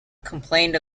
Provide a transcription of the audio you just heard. complained